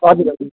हजुर हजुर